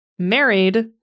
married